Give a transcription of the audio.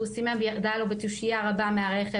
סימם והיא ירדה לו בתושייה רבה מהרכב,